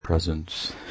Presence